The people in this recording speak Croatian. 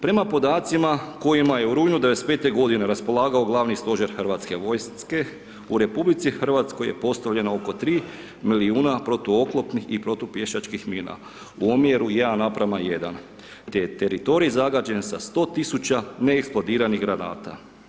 Prema podacima kojima je u rujnu '95. g. raspolagao Glavni stožer HV-a, u RH je postavljeno oko 3 milijuna protuoklopnih i protupješačkih mina u omjeru 1:1 te je teritorij zagađen sa 100 000 neeksplodiranih granata.